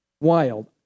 wild